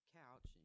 couch